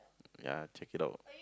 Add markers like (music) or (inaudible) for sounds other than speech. ya check it out (noise)